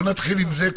נתחיל מזה.